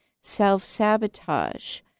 self-sabotage